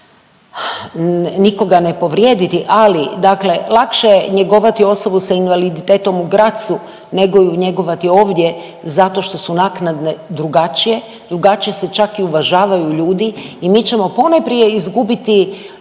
nikoga povrijediti, ali dakle lakše je njegovati osobu s invaliditetom u Grazu nego ju njegovati ovdje zato što su naknade drugačije, drugačije se čak i uvažavaju ljudi i mi ćemo ponajprije izgubiti,